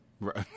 Right